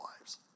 lives